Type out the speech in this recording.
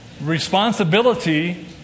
Responsibility